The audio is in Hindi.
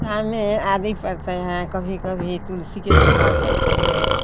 चाय में आदि पड़ते हैं कभी कभी तुलसी के पत्ता धरते हैं